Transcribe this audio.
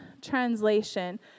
Translation